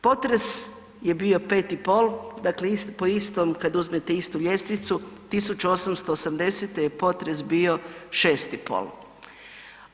Potres je bio 5,5 dakle po istom kada uzmete istu ljestvicu 1880.je potres bio 6,5.